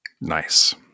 Nice